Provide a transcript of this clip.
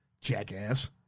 Jackass